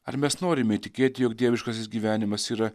ar mes norime įtikėti jog dieviškasis gyvenimas yra